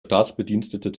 staatsbedienstete